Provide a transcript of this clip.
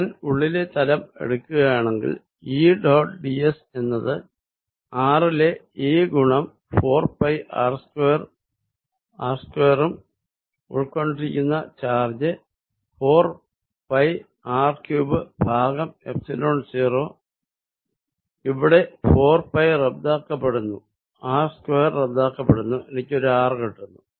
ഞാൻ ഉള്ളിലെ തലം എടുക്കുകയാണെങ്കിൽ E ഡോട്ട് ds എന്നത് r ലെ E ഗുണം 4 പൈ r 2 ഉം ഉൾക്കൊണ്ടിരിക്കുന്ന ചാർജ് 4 പൈ r 3 ഭാഗം എപ്സിലോൺ 0 ഇവിടെ 4 പൈ ക്യാൻസൽ ആകുന്നു r 2 ക്യാൻസൽ ആകുന്നു എനിക്ക് ഒരു r കിട്ടുന്നു